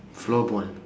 floorball